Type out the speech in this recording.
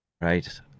right